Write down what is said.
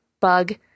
bug